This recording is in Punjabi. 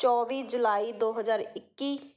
ਚੌਵੀ ਜੁਲਾਈ ਦੋ ਹਜ਼ਾਰ ਇੱਕੀ